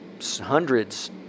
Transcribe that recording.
hundreds